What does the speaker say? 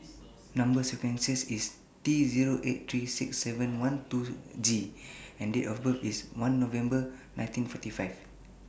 Number sequences IS T Zero eight three six seven one two G and Date of birth IS one November nineteen forty five